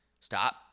stop